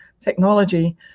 technology